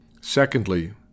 Secondly